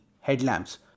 headlamps